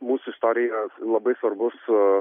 mūsų istorijai yra labai svarbus